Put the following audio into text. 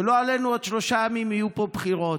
לא עלינו, בעוד שלושה ימים יהיו פה בחירות,